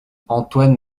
antoine